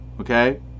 Okay